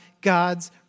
God's